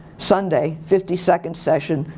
sunday, fifty second session.